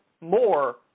more